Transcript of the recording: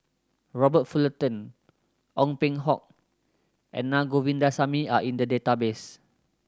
Robert Fullerton Ong Peng Hock and Na Govindasamy are in the database